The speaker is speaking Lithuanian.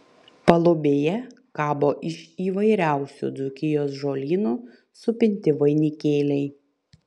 palubėje kabo iš įvairiausių dzūkijos žolynų supinti vainikėliai